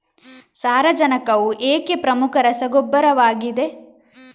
ಸಾರಜನಕವು ಏಕೆ ಪ್ರಮುಖ ರಸಗೊಬ್ಬರವಾಗಿದೆ?